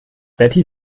betty